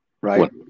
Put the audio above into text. right